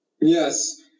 Yes